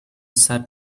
said